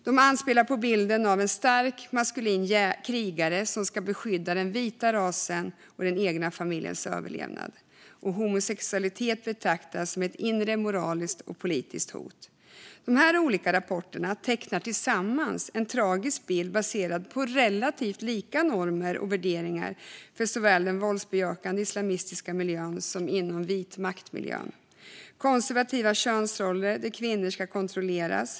Man anspelar på bilden av en stark maskulin krigare som ska beskydda den vita rasen och den egna familjens överlevnad. Homosexualitet betraktas som ett inre moraliskt och politiskt hot. Dessa olika rapporter tecknar tillsammans en tragisk bild av att normer och värderingar är relativt lika i den våldsbejakande islamistiska miljön respektive vit makt-miljön. Det är konservativa könsroller där kvinnor ska kontrolleras.